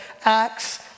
Acts